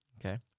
Okay